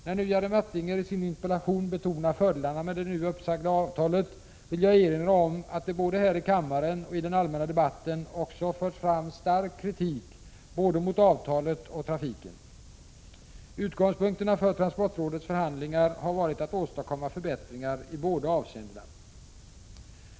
När nu Jerry Martinger i sin interpellation betonar fördelarna med det nu uppsagda avtalet vill jag erinra om att det såväl här i kammaren som i den allmänna debatten också förts fram stark kritik mot både avtalet och trafiken. Utgångspunkterna för transportrådets förhandlingar har varit att åstadkomma förbättringar i båda avseendena.